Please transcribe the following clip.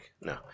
No